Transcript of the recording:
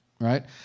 right